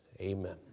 amen